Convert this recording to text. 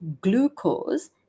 glucose